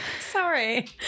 Sorry